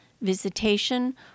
Visitation